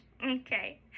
Okay